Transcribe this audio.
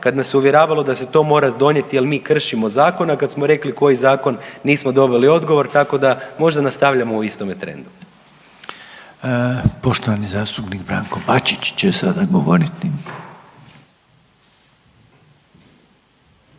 kad nas se uvjeravalo da se to mora donijeti jer mi kršimo zakon, a kad smo rekli koji zakon nismo dobili odgovor, tako da možda nastavljamo u istome trendu. **Reiner, Željko (HDZ)** Poštovani zastupnik Branko Bačić će sada govoriti.